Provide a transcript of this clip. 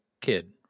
kid